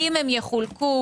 יחולקו?